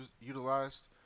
utilized